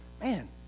Man